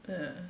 the